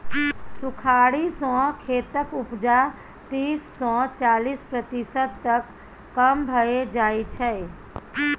सुखाड़ि सँ खेतक उपजा तीस सँ चालीस प्रतिशत तक कम भए जाइ छै